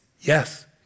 Yes